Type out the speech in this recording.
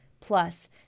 Plus